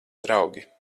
draugi